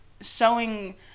showing